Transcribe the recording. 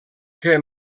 que